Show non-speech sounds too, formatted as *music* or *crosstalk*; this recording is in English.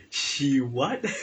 she [what] *laughs*